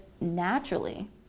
naturally